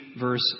verse